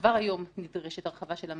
כבר היום נדרשת הרחבה של המענים,